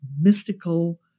mystical